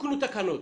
תוקנו תקנות.